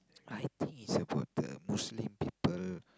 I think is about the Muslim people